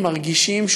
מרגישים,